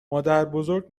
مادربزرگ